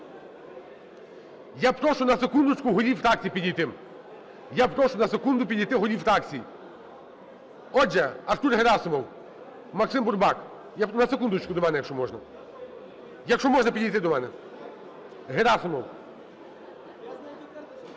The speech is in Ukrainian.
Я прошу, на секунду, підійти голів фракцій. Отже, Артур Герасимов, Максим Бурбак, на секундочку до мене, якщо можна. Якщо можна, підійти до мене. Герасимов.